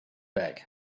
egg